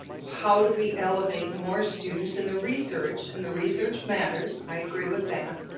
how do we elevate more students in the research? and the research matters, i agree with that.